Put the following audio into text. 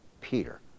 Peter